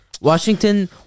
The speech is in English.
Washington